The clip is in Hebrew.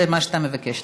זה מה שאתה מבקש,